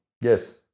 Yes